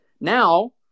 Now